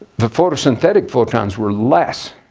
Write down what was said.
the photosynthetic photons were less.